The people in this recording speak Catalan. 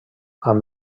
amb